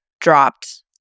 dropped